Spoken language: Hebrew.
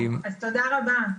אז תודה רבה.